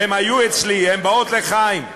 הן היו אצלי, הן באות לחיים.